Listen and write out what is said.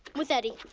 with eddie.